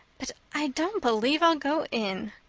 but i don't believe i'll go in.